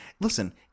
listen